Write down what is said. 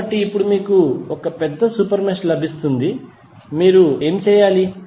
కాబట్టి ఇప్పుడు మీకు ఈ పెద్ద సూపర్ మెష్ లభిస్తుంది మీరు ఏమి చేయాలి